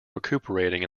recuperating